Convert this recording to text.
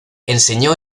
enseñó